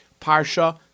Parsha